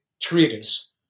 treatise